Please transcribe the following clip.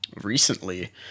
recently